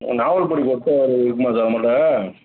நாவல் பொடி கொட்டை அது இருக்குமா சார் நம்மள்ட்ட